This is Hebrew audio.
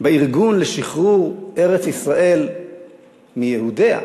בארגון לשחרור ארץ-ישראל מיהודיה,